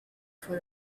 for